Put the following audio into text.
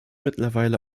mittlerweile